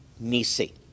Nisi